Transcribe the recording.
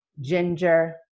ginger